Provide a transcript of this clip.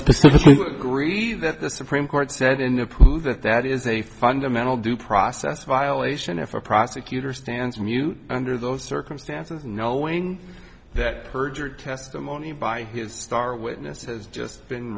specifically greedy that the supreme court said in a prove that that is a fundamental due process violation if a prosecutor stands mute under those circumstances knowing that perjured testimony by his star witness has just been